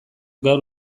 gaur